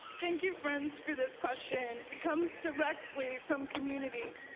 thank you, friends, for this question. it comes directly from community.